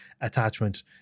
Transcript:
attachment